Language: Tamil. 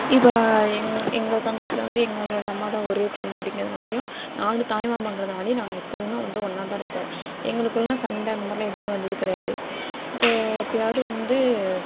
இப்போ எங்க எங்கள் சொந்தத்தில் வந்து எங்களோடய அம்மா தான் ஒரே பொண்ணு அப்படிங்குறதுனாலையும் நாலு தாய்மாமங்குதுறனாலையும் நாங்கள் எப்பொழுதுமே வந்து ஒன்றா தான் இருப்போம் எங்களுக்குள்ள சண்டை அந்த மாதிரிலாம் எதுவுமே வந்தது கிடையாது இப்போ எப்போயாவுது வந்து